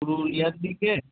পুরুলিয়ার দিকে